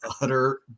utter